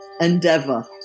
endeavor